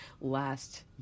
last